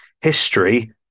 history